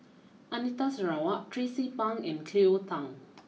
Anita Sarawak Tracie Pang and Cleo Thang